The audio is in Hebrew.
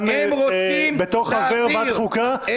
בתור חבר ועדת חוקה,